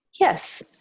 Yes